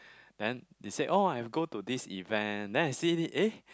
then they say orh I have go to this event then I'll see it eh